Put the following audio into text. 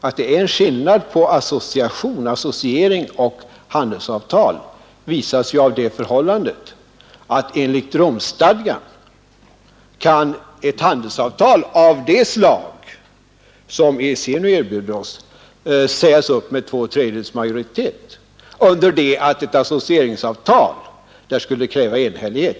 Att det är en skillnad mellan associering och handelsavtal — jag kan säga det i förbigående — visas ju av det förhållandet, att enligt Romstadgan kan ett handelsavtal av det slag som EEC nu erbjuder oss sägas upp med två tredjedels majoritet under det att uppsägning av ett associeringsavtal skulle kräva enhällighet.